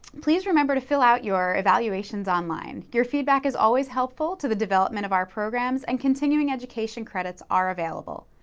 please remember to fill out your evaluations online. the feedback is always helpful to the development of our programs and continuing education credits are available.